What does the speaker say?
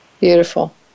Beautiful